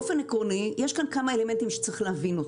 באופן עקרוני יש פה כמה אלמנטים שצריך להבין.